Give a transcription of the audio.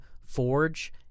Forge